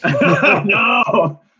No